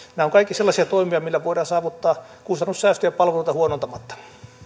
ovat kaikki sellaisia toimia millä voidaan saavuttaa kustannussäästöjä palveluita huonontamatta